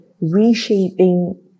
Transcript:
reshaping